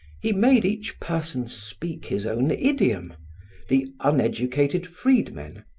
he made each person speak his own idiom the uneducated freedmen,